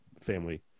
family